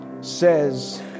says